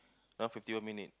now fifty more minute